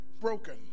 broken